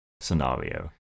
scenario